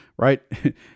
right